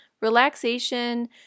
Relaxation